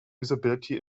usability